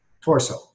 torso